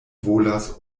volas